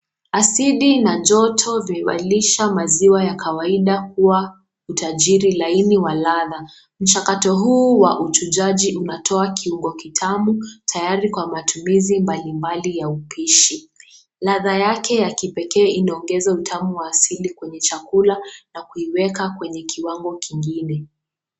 Asidi na joto viwalisha maziwa ya kawaida kuwa utajiri laini wa ladha. Mchakato huu wa uchujaji unatoa kiungo kitamu tayari kwa matumizi mbalimbali ya upishi. Ladha yake ya kipekee inaongeza utamu wa asili kwenye chakula na kuiweka kwenye kiwango kingine.